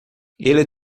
ele